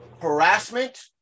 harassment